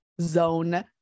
zone